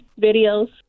videos